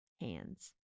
hands